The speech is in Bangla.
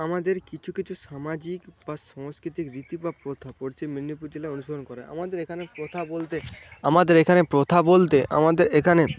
আমাদের কিছু কিছু সামাজিক বা সংস্কৃতিক রীতি বা প্রথা পশ্চিম মেদনীপুর জেলায় অনুসরণ করে আমাদের এখানে প্রথা বলতে আমাদের এখানে প্রথা বলতে আমাদের এখানে